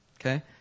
Okay